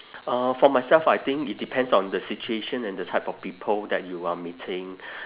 uh for myself I think it depends on the situation and the type of people that you are meeting